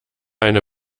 eine